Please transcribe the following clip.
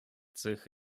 цих